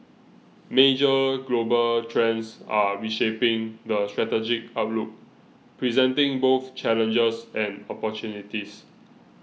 major global trends are reshaping the strategic outlook presenting both challenges and opportunities